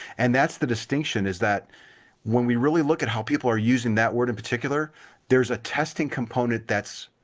and that's the distinction is that when we really look at how people are using that word in particular there's a testing component that's.